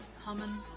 humming